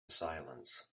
silence